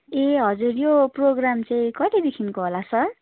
ए हजुर यो प्रोग्राम चाहिँ कहिले देखिको होला सर